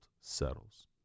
settles